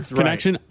connection